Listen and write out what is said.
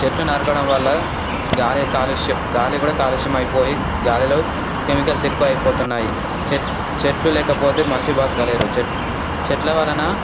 చెట్లు నరకడం వల్ల గాలి కాలుష్యం గాలి కూడా కాలుష్యం అయిపోయి గాలిలో కెమికల్స్ ఎక్కువ అయిపోతున్నాయి చె చెట్లు లేకపోతే మనిషి బతకలేరు చె చెట్లు వలన